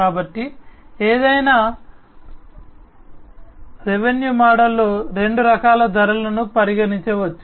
కాబట్టి ఏదైనా రెవెన్యూ మోడల్లో రెండు రకాల ధరలను పరిగణించవచ్చు